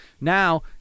Now